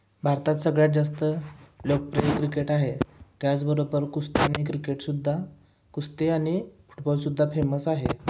भारतात सगळ्यात जास्त लोकप्रिय क्रिकेट आहे त्याचबरोबर कुस्ती आणि क्रिकेटसुद्धा कुस्ती आणि फुटबॉलसुद्धा फेमस आहे